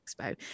Expo